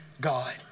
God